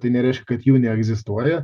tai nereiškia kad jų neegzistuoja